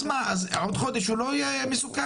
אז מה, עוד חודש הוא לא יהיה מסוכן?